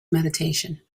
meditation